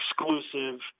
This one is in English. exclusive